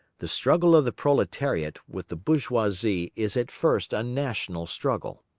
the struggle of the proletariat with the bourgeoisie is at first a national struggle.